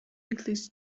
includes